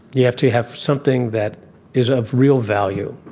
you have to have something that is of real value.